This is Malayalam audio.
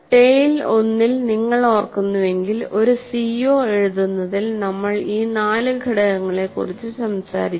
TALE 1 ൽ നിങ്ങൾ ഓർക്കുന്നുവെങ്കിൽ ഒരു CO എഴുതുന്നതിൽ നമ്മൾ ഈ നാല് ഘടകങ്ങളെക്കുറിച്ച് സംസാരിച്ചു